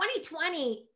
2020